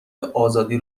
آزادی